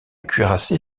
cuirassé